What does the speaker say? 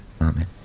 Amen